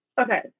Okay